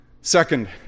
Second